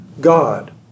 God